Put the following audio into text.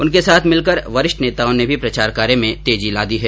उनके साथ मिलकर वरिष्ठ नेताओं ने भी प्रचार कार्य में तेजी ला दी है